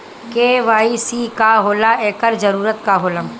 KYC का होला एकर जरूरत का होला?